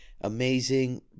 amazing